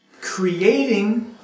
creating